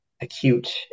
acute